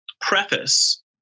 preface